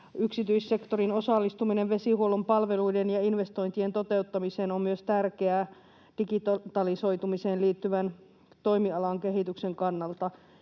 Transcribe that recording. yksityissektorin osallistuminen vesihuollon palveluiden ja investointien toteuttamiseen on myös tärkeää digitalisoitumiseen liittyvän toimialan kehityksen kannalta